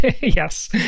yes